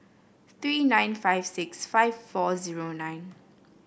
three nine five six five four zero nine